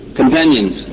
companions